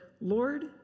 Lord